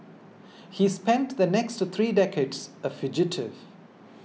he spent the next three decades a fugitive